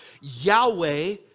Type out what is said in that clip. Yahweh